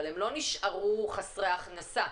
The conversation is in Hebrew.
אבל הם לא נשארו חסרי הכנסה.